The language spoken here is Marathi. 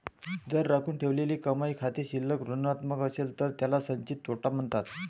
जर राखून ठेवलेली कमाई खाते शिल्लक ऋणात्मक असेल तर त्याला संचित तोटा म्हणतात